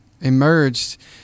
emerged